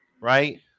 right